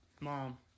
Mom